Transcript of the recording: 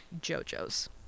JoJo's